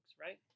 right